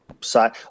side